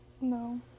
No